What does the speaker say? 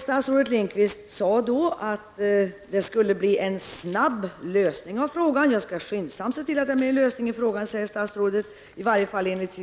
Statsrådet Lindqvist sade då att det skulle bli en snabb lösning av frågan. ''Jag skall skyndsamt se till att det blir en lösning av frågan'', sade statsrådet, i varje fall enligt